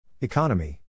Economy